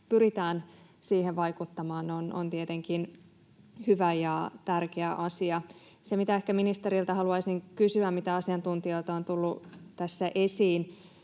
pyritään siihen vaikuttamaan, on tietenkin hyvä ja tärkeä asia. Ehkä ministeriltä haluaisin kysyä, mitä asiantuntijoilta on tullut tässä esiin: